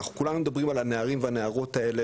אנחנו כולנו מדברים על הנערים והנערות האלה